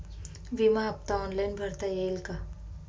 विमा हफ्ता ऑनलाईन भरता येईल का?